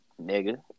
nigga